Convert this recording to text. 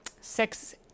six